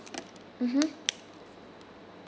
mmhmm